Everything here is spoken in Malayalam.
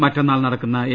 മറ്റന്നാൾ നടക്കുന്ന എൻ